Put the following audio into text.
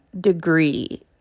degree